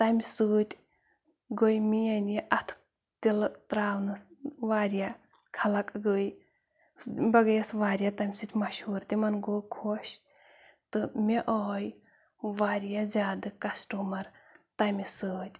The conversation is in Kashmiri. تَمہِ سۭتۍ گٔے میٛٲنۍ یہِ اَتھٕ تِلہٕ ترٛاونَس واریاہ خلَق گٔے بہٕ گٔیَس واریاہ تَمہِ سۭتۍ مشہوٗر تِمَن گوٚو خۄش تہٕ مےٚ آے واریاہ زیادٕ کَسٹٕمَر تَمہِ سۭتۍ